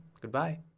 Goodbye